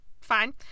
fine